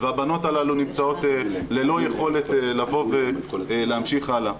והבנות הללו נמצאות ללא יכולת לבוא ולהמשיך הלאה.